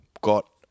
got